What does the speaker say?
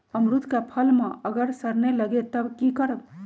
अमरुद क फल म अगर सरने लगे तब की करब?